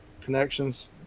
connections